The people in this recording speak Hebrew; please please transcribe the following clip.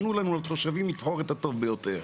תנו לנו התושבים לבחור את הטוב ביותר.